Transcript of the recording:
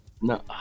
No